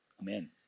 Amen